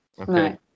okay